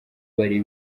bari